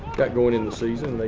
got going in the sason like